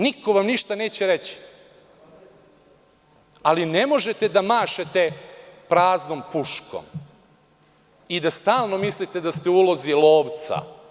Niko vam ništa neće reći, ali ne možete da mašete praznom puškom i da stalno mislite da ste u ulozi lovca.